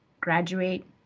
graduate